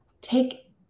take